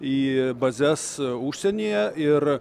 į bazes užsienyje ir